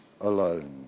alone